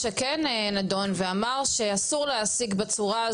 יש אנשים שהיו יכולים להשתלב כאן,